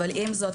אבל עם זאת,